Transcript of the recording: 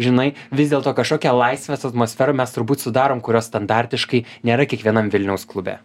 žinai vis dėlto kažkokia laisvės atmosferą mes turbūt sudarom kurios standartiškai nėra kiekvienam vilniaus klube